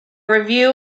review